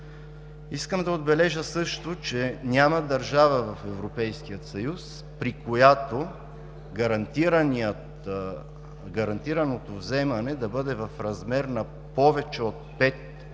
Искам да отбележа също, че няма държава в Европейския съюз, при която гарантираното вземане да бъде в размер на повече от пет